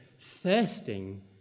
thirsting